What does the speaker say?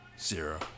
zero